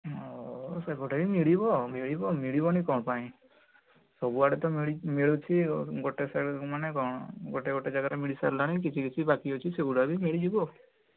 ଆଉ ସେଗୁଡ଼ା ବି ମିଳିବ ମିଳିବ ମିଳିବନି କ'ଣ ପାଇଁ ସବୁଆଡ଼େ ତ ମିଳୁଚି ଗୋଟିଏ ସେଡ଼େ ମାନେ କ'ଣ ଗୋଟେ ଗୋଟେ ଜାଗାରେ ମିଳି ସାରିଲାଣି କିଛି କିଛି ବାକି ଅଛି ସେଗୁଡ଼ା ବି ମିଳିଯିବ